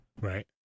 Right